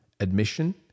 Admission